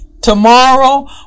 Tomorrow